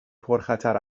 پرخطر